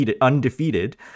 undefeated